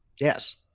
Yes